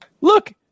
Look